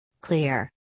clear